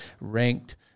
ranked